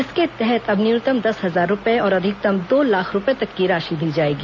इसके तहत अब न्यूनतम दस हजार रूपए और अधिकतम दो लाख रूपए तक की राशि दी जाएगी